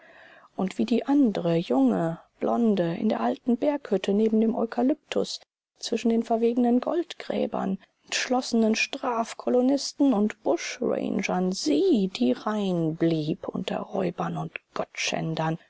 und wie die andere junge blonde in der alten berghütte neben dem eukalyptus zwischen den verwegenen goldgräbern entflohenen strafkolonisten und buschrangern sie die rein blieb unter räubern und